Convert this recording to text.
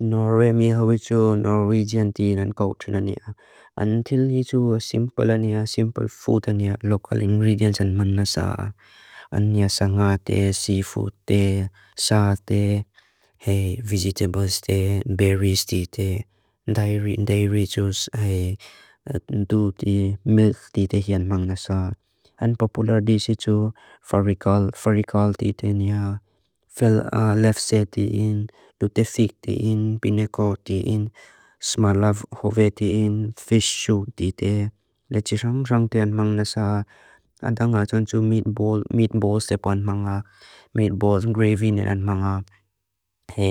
Norwemi hau itu Norwegian tinan kautrinania. Antil itu simpelania, simple foodania, local ingredients an man nasa. An nia sangate, seafoodte, sate, hei, vegetableste, berries tite. Dairichus hei, duti, milk tite hian man nasa. An popular dis itu, farikal, farikal tite nia. Felalefse tite hian, lutethik tite hian, pineko tite hian, smalav hove tite hian, fish soup tite. Lechirang rang tite an man nasa. Antil itu, meatballs tipe an man nasa. Meatballs gravy ne an man nasa.